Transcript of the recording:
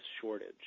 shortage